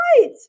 Right